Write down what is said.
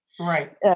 Right